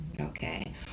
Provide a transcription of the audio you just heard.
okay